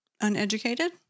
uneducated